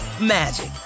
magic